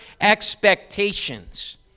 expectations